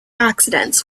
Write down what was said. accidents